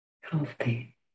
healthy